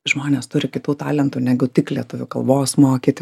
žmonės turi kitų talentų negu tik lietuvių kalbos mokyti